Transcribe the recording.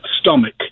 stomach